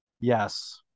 yes